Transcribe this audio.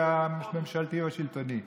הממשלתי והשלטוני.